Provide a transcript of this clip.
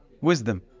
wisdom